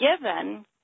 given